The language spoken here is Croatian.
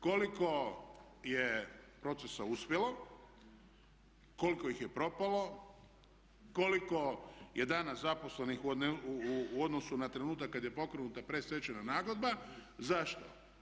Koliko je procesa uspjelo, koliko ih je propalo, koliko je danas zaposlenih u odnosu na trenutak kad je pokrenuta predstečajna nagodba, zašto?